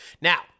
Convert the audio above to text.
Now